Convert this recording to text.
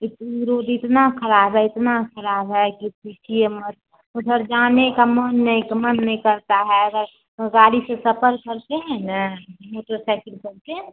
इतनी रोड इतनी ख़राब है इतनी ख़राब है कि पूछिए मत उधर जाने का मन नहीं मन नहीं करता है बस वह गाड़ी से सफर करते हैं ना मोटरसइकिल करके